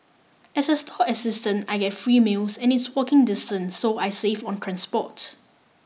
as a stall assistant I get free meals and it's walking distance so I save on transport